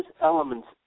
elements